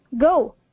go